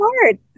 hard